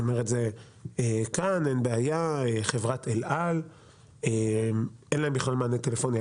למשל לחברת אל-על אין בכלל מענה טלפוני.